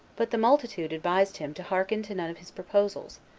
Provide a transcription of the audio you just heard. but the multitude advised him to hearken to none of his proposals,